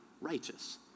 righteous